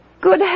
Good